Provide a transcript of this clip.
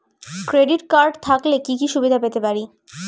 Credit card থাকলে কি কি সুবিধা পেতে পারি?